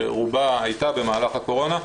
שרובה הייתה במהלך הקורונה,